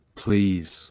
please